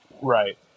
Right